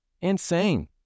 insane